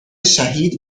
شهید